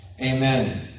amen